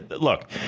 look